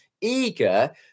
eager